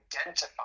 identify